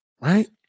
Right